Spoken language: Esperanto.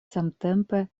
samtempe